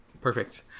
Perfect